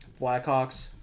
blackhawks